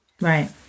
Right